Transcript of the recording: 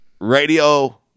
Radio